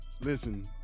listen